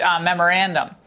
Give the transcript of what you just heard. memorandum